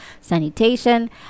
sanitation